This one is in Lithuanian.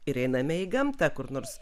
ir einame į gamtą kur nors